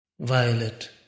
Violet